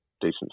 decent